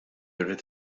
rrid